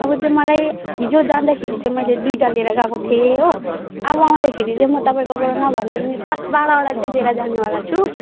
अब चाहिँ मलाई हिजो जाँदाखेरि चाहिँ मैले दुइटा लिएर गएको थिएँ हो अब आउँदाखेरि चाहिँ म तपाईँकोबाट नभने पनि दस बाह्रवटा चाहिँ लिएर जानेवाला छु